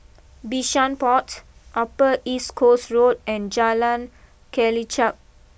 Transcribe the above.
Bishan Point Upper East Coast Road and Jalan Kelichap